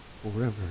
forever